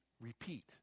repeat